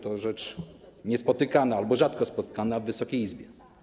To rzecz niespotykana albo rzadko spotykana w Wysokiej Izbie.